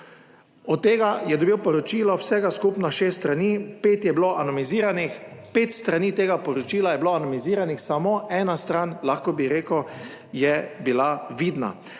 Od tega je dobil poročilo vsega skupaj na šest strani, pet je bilo anomiziranih, pet strani tega poročila je bilo anomiziranih, samo ena stran, lahko bi rekel, je bila vidna.